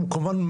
כמובן,